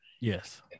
Yes